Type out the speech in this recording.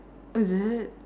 is it